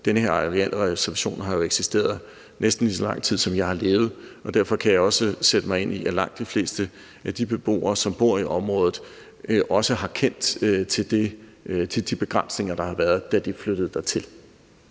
Den her arealreservation har jo eksisteret næsten lige så lang tid, som jeg har levet, og derfor kan jeg også sætte mig ind i, at langt de fleste af de beboere, som bor i området, også har kendt til de begrænsninger, der har været, da de flyttede dertil.